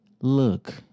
Look